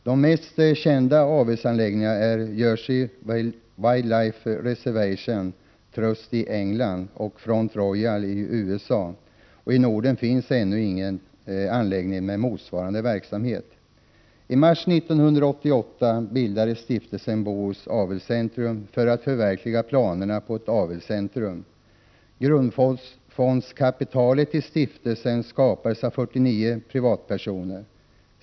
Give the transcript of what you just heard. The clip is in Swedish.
De mest kända avelsanläggningarna är Jersey Wildlife Preservation Trust i England och Front Royal i USA. I Norden finns det ännu inte någon anläggning med motsvarande verksamhet. I mars 1988 bildades Stiftelsen Bohus Avelscentrum. Man ville förverkliga planerna på ett avelscentrum. Grundfondskapitalet beträffande stiftelsen skapades av 49 privatpersoner.